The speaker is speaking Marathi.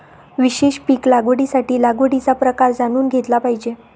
विशेष पीक लागवडीसाठी लागवडीचा प्रकार जाणून घेतला पाहिजे